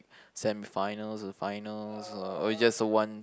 semifinals or finals or or it's just a one